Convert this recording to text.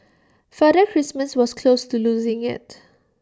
Father Christmas was close to losing IT